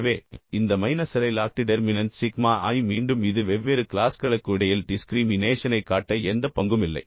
எனவே இந்த மைனஸ் அரை லாக் டிடெர்மினன்ட் சிக்மா i மீண்டும் இது வெவ்வேறு க்ளாஸ்களுக்கு இடையில் டிஸ்க்ரீமினேஷனைக் காட்ட எந்தப் பங்கும் இல்லை